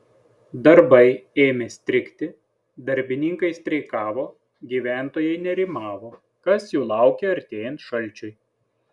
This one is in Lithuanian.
darbai ėmė strigti darbininkai streikavo gyventojai nerimavo kas jų laukia artėjant šalčiui